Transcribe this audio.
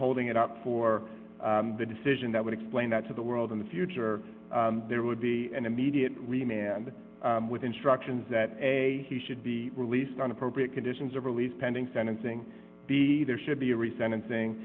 holding it up for the decision that would explain that to the world in the future there would be an immediate with instructions that a he should be released on appropriate conditions of release pending sentencing there should be a resentencing